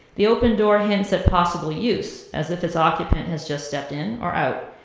the open door hints at possible use, as if its occupant has just stepped in or out.